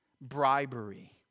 bribery